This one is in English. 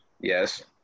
Yes